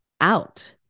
out